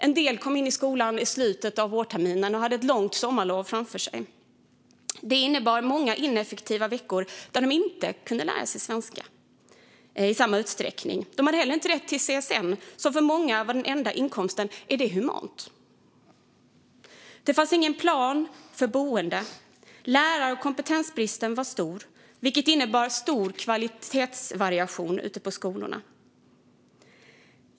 En del kom in i skolan i slutet av vårterminen och hade ett långt sommarlov framför sig. Det innebar många ineffektiva veckor där de inte kunde lära sig svenska i samma utsträckning. De hade heller inte rätt till CSN, som för många var den enda inkomsten. Är det humant? Det fanns ingen plan för boende. Lärar och kompetensbristen var stor, vilket innebär stor kvalitetsvariation ute på skolorna.